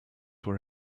were